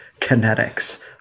kinetics